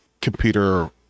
computer